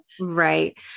Right